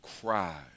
cry